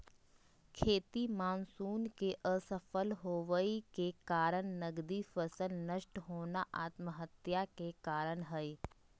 खेती मानसून के असफल होबय के कारण नगदी फसल नष्ट होना आत्महत्या के कारण हई